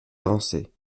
avancer